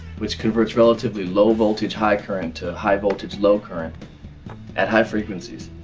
which converts relatively low-voltage, high current, to high-voltage, low current at high frequencies.